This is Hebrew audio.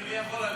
מי יכול עליה?